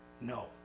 No